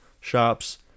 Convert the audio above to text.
shops